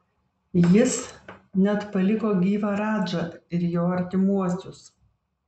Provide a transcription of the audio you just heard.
jis net paliko gyvą radžą ir jo artimuosius